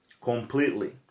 completely